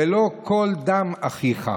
ולא "קול דם אחיך"?